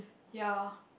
ya